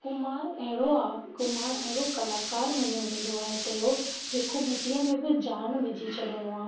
कुम्हार अहिड़ो आहे कुम्हार अहिड़ो कलाकार मञो वेंदो आहे हिते जो जेको मिट्टीअ में बि जान विझी छॾंदो आहे